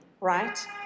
right